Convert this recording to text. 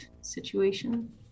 situation